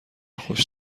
خوش